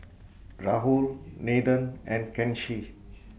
Rahul Nathan and Kanshi